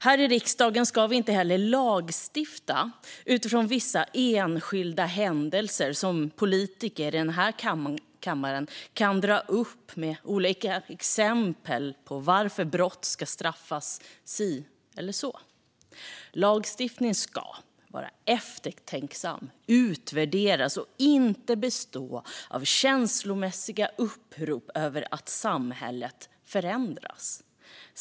Här i riksdagen ska vi inte heller lagstifta utifrån vissa enskilda händelser som politiker i denna kammare kan dra upp - det kan vara olika exempel på varför man för brott ska straffas si eller så. Lagar ska stiftas med eftertänksamhet. Lagstiftningen ska utvärderas, och den ska inte bestå av känslomässiga utrop om att samhället förändras.